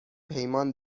پیمان